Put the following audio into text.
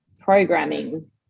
programming